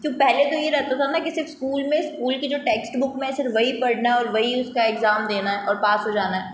क्यूँ पहले तो ये रहता था ना कि सिर्फ़ स्कूल में स्कूल की जो टैक्स्ट बुक में सिर्फ़ वही पढ़ना है और वही उसका एग्ज़ाम देना है और पास हो जाना है